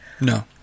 No